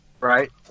Right